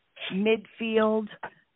midfield